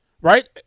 right